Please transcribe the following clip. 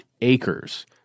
acres